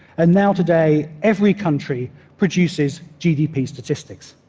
and now today, every country produces gdp statistics.